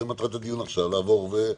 זאת מטרת הדיון לעבור על הדברים,